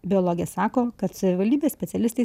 biologė sako kad savivaldybės specialistais